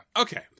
Okay